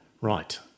right